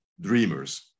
dreamers